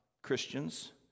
christians